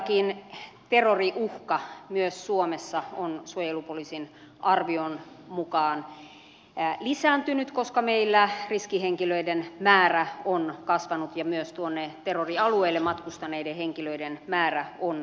todellakin terroriuhka myös suomessa on suojelupoliisin arvion mukaan lisääntynyt koska meillä riskihenkilöiden määrä on kasvanut ja myös tuonne terrorialueille matkustaneiden henkilöiden määrä on kasvanut